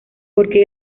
porque